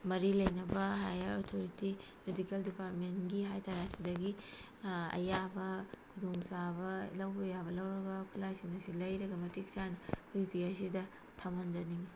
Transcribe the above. ꯃꯔꯤ ꯂꯩꯅꯕ higher authority medical ꯗꯤꯄꯥꯔꯠꯃꯦꯟꯒꯤ ꯍꯥꯏꯇꯥꯔꯦ ꯁꯤꯗꯒꯤ ꯑꯌꯥꯕ ꯈꯨꯗꯣꯡꯆꯥꯕ ꯂꯧꯕ ꯌꯥꯕ ꯂꯧꯔꯒ ꯈꯨꯠꯂꯥꯏꯁꯤꯡ ꯑꯁꯤ ꯂꯩꯔꯒ ꯃꯇꯤꯛꯆꯥꯅ ꯑꯩꯈꯣꯏꯒꯤ ꯄꯤ ꯍꯩꯆ ꯁꯤꯗ ꯊꯝꯍꯟꯖꯅꯤꯡꯉꯤ